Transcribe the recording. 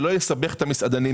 שלא יסבך את המסעדנים,